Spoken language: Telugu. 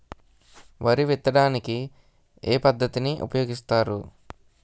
వరి విత్తడానికి ఏ పద్ధతిని ఉపయోగిస్తారు?